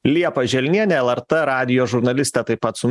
liepa želnienė lrt radijo žurnalistė taip pat su